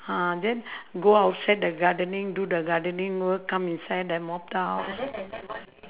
uh then go outside the gardening do the gardening work come inside then mop the house